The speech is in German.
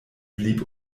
blieb